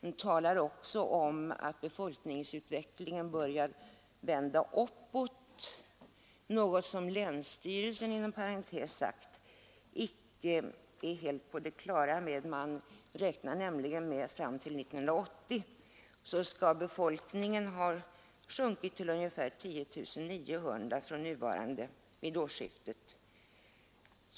Motionärerna säger också att befolkningsutvecklingen börjat vända uppåt, något som länsstyrelsen inom parentes sagt icke är helt överens om; man räknar där med att befolkningen fram till år 1980 skall ha sjunkit till ungefär 10 900 personer från att vid senaste årsskiftet